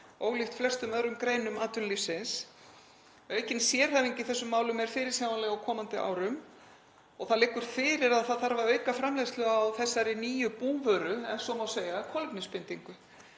ólíkt flestum öðrum greinum atvinnulífsins. Aukin sérhæfing í þessum málum er fyrirsjáanleg á komandi árum og það liggur fyrir að það þarf að auka framleiðslu á þessari nýju búvöru, ef svo má segja, kolefnisbindingu.